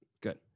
Good